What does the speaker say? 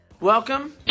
Welcome